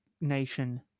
nation